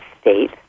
state